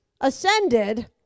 ascended